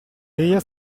via